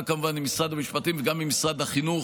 כמובן עם משרד המשפטים וגם עם משרד החינוך,